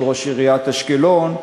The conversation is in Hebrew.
של ראש עיריית אשקלון,